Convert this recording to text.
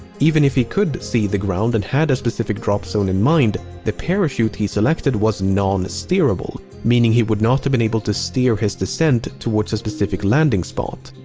even if he could see the ground and had a specific drop zone in mind, the parachute he selected was non-steerable. meaning, he would not have been able to steer his descent towards a specific landing spot.